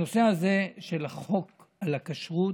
הנושא הזה של החוק על הכשרות,